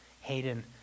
Hayden